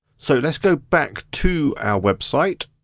so let's go back to our website.